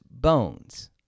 bones